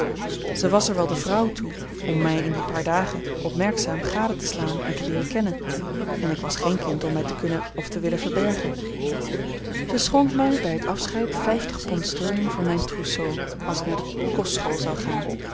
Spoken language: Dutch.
zij was er wel de vrouw toe om mij in die paar dagen opmerkzaam gade te slaan en te leeren kennen en ik was geen kind om mij te kunnen of te willen verbergen ze schonk mij bij het afscheid vijftig pond sterling voor mijn trouseau als ik naar de kostschool zou gaan